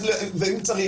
אם צריך,